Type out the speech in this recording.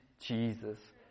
Jesus